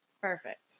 Perfect